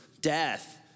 death